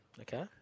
Okay